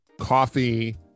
coffee